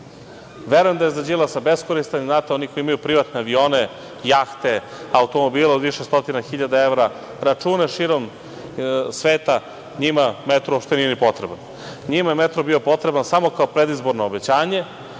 Verujem da je za Đilasa beskoristan. Znate, oni koji imaju privatne avione, jahte, automobile od više stotina hiljada evra, račune širom sveta, njima metro uopšte nije ni potreban. Njima je metro bio potreban samo kao predizborno obećanje